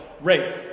rape